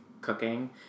cooking